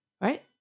Right